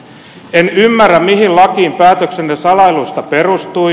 en ymmärrä mihin lakiin päätöksenne salailuista perustui